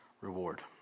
reward